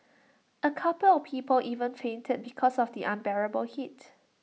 A couple of people even fainted because of the unbearable heat